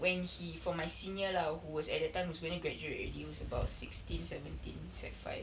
when he from my senior lah who was at that time who's going to graduate already who was about sixteen seventeen sec five